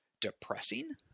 Depressing